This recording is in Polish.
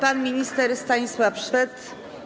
Pan minister Stanisław Szwed.